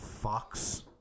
Fox